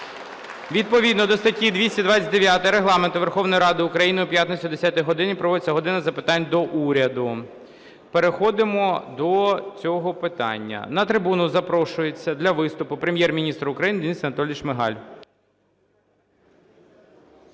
Відповідно до статті 229 Регламенту Верховної Ради України у п'ятницю о 10-й годині проводиться "година запитань до Уряду". Переходимо до цього питання. На трибуну запрошується для виступу Прем'єр-міністр України Денис Анатолійович Шмигаль.